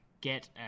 get